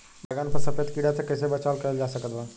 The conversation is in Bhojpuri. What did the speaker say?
बैगन पर सफेद कीड़ा से कैसे बचाव कैल जा सकत बा?